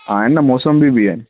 हा आहिनि न मौसम्बी बि आहे